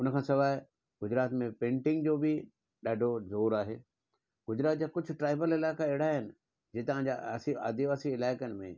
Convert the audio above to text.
उन खां सवाइ गुजरात में पेंटिंग जो बि ॾाढो ज़ोरु आहे गुजरात जा कुझु ट्रेवल इलाइक़ा अहिड़ा आहिनि जे तव्हांजे आदिवासी इलाइक़नि में